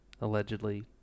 Allegedly